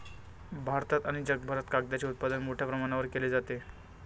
भारतात आणि जगभरात कागदाचे उत्पादन मोठ्या प्रमाणावर केले जाते